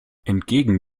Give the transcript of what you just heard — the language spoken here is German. entgegen